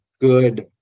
good